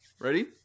Ready